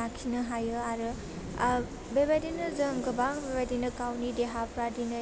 लाखिनो हायो आरो आर बेबायदिनो जों गोबां बेबायदिनो गावनि देहाफ्रा दिनै